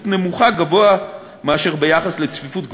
נמוכה גבוה מאשר ביחס לצפיפות גבוהה,